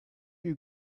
you